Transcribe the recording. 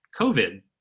COVID